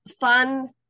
fun